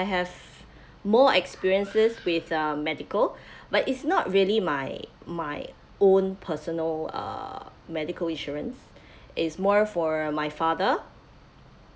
I have more experiences with um medical but it's not really my my own personal uh medical insurance it's more for my father